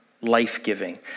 life-giving